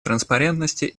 транспарентности